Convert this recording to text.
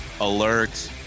Alert